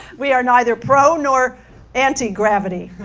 we are neither pro, nor anti-gravity.